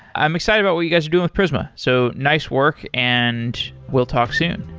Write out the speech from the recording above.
i'm excited about what you guys are doing with prisma. so nice work and we'll talk soon.